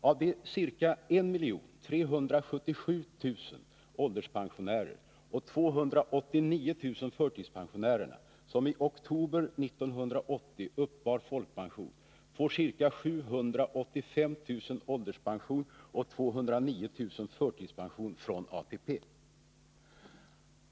Av de ca 1377 000 ålderspensionärer och 289 000 förtidspensionärer som i oktober 1980 uppbar folkpension får ca 785 000 ålderspension och 209 000 förtidspension från ATP.